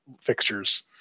fixtures